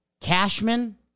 Cashman